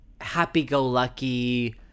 happy-go-lucky